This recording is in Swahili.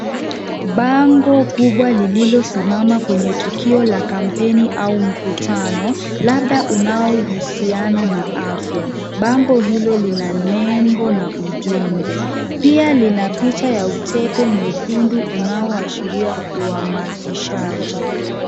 Bango kubwa lililosimama kwenye tukio la kampeni au mkutano labda unaohusiana na afya. Bango hilo lina mambo na ujumbe na picha ya utepe mwekundu unaoashiria uhamasishaji.